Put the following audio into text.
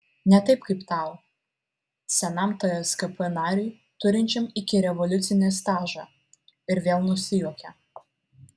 ne taip kaip tau senam tskp nariui turinčiam ikirevoliucinį stažą ir vėl nusijuokė